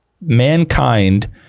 mankind